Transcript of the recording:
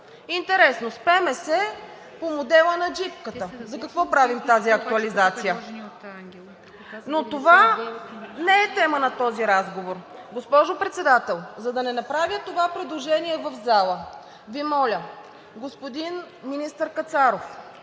Министерския съвет, по модела на джипката?! За какво правим тази актуализация? Но това не е тема на този разговор. Госпожо Председател, за да не направя това предложение в залата, Ви моля, господин министър Кацаров